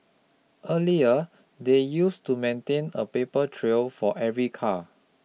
earlier they used to maintain a paper trail for every car